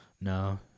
No